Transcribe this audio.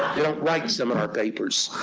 they don't write seminar papers.